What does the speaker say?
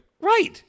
Right